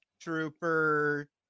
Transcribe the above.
Trooper